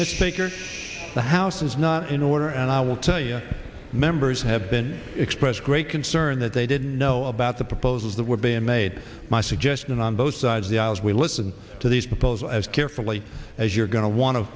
the shakers the house is not in order and i will tell you members have been expressed great concern that they didn't know about the proposals that were being made my suggestion on both sides the aisles we listen to these proposals as carefully as you're going to want to